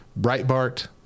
Breitbart